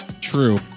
True